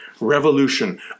revolution